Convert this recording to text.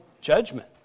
judgment